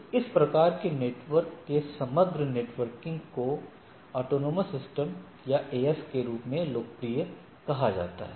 तो इस प्रकार के नेटवर्क के समग्र नेटवर्किंग को स्वायत्त प्रणाली या एएस के रूप में लोकप्रिय कहा जाता है